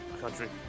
country